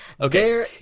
okay